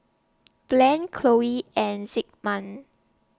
Blane Chloe and Zigmund